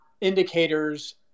indicators